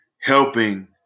helping